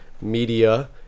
media